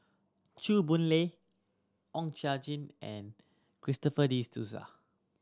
Chew Boon Lay Oon Cha Gee and Christopher De Souza